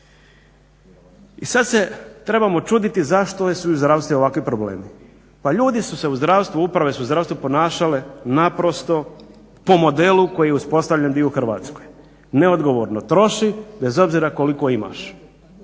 I sad se trebamo čuditi zašto su u zdravstvu ovakvi problemi? Pa ljudi su se u zdravstvu, uprave su se u zdravstvu ponašale naprosto po modelu koji je uspostavljen bio u Hrvatskoj – neodgovorno troši bez obzira koliko imaš.